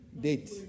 date